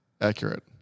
accurate